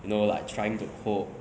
you know like trying to cope